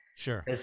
Sure